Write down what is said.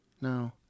no